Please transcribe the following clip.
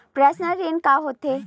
Personal ऋण का होथे?